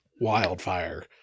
Wildfire